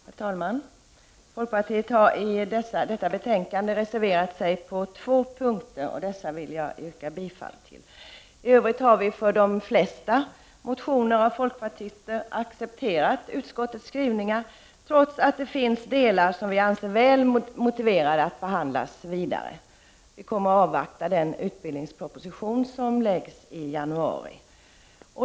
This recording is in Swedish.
Herr talman! Folkpartiet har i detta betänkande reserverat sig på två punkter — och dessa reservationer vill jag yrka bifall till. I övrigt har vi när det gäller de flesta motioner av folkpartister accepterat utskottets skrivningar, trots att vi anser att det finns delar där en vidare behandling är väl motiverad. Vi kommer att avvakta den utbildningsproposition som läggs fram i januari.